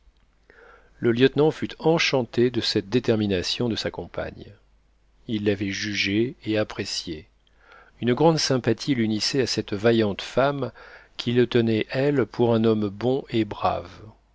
le lieutenant fut enchanté de cette détermination de sa compagne il l'avait jugée et appréciée une grande sympathie l'unissait à cette vaillante femme qui le tenait elle pour un homme bon et brave